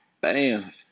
bam